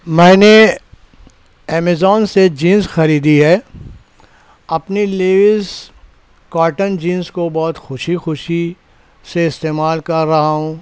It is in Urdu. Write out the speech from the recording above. میں نے امیزون سے جینس خریدی ہے اپنے لیز کوٹن جینس کو بہت خوشی خوشی سے استعمال کر رہا ہوں